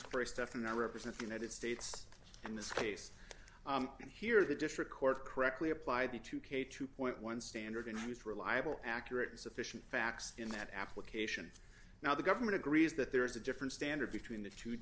i represent united states in this case and here the district court correctly applied the two k two point one standard and i was reliable accurate and sufficient facts in that application now the government agrees that there is a different standard between the two